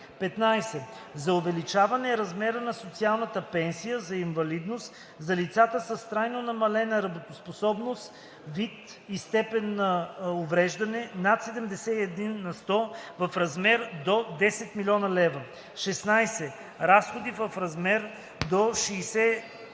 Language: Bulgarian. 15. за увеличаване размера на социалната пенсия за инвалидност за лицата с трайно намалена работоспособност/вид и степен на увреждане над 71 на сто - в размер до 10 000,0 хил. лв. 16. разходи в размер до 60 516